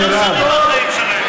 מירב.